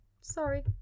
sorry